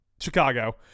Chicago